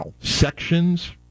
sections